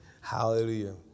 Hallelujah